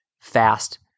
fast